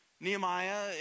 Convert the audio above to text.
Nehemiah